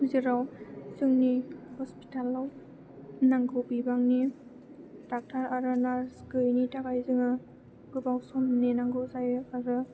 जेराव जोंनि हस्पिटालाव नांगौ बिबांनि डक्ट'र आरो नार्स गैयैनि थाखाय जोङो गोबाव सम नेनांगौ जायो आरो